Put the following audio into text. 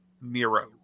Miro